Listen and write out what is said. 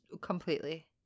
Completely